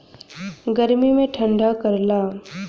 गर्मी मे ठंडा करला